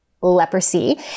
Leprosy